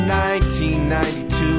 1992